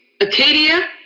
Acadia